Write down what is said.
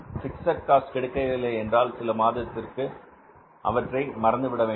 fixed cost கிடைக்கவில்லை என்றால் சில காலத்திற்கு அவற்றை மறந்துவிட வேண்டும்